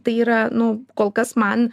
tai yra nu kolkas man